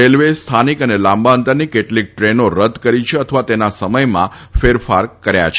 રેલવેએ સ્થાનિક અને લાંબા અંતરની કેટલીક ટ્રેનો રદ કરી છે અથવા તેના સમયમાં ફેરફારો થયા છે